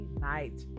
night